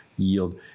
Yield